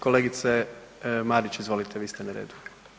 Kolegice Marić izvolite, vi ste na redu.